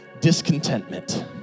discontentment